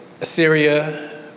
Assyria